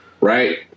Right